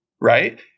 right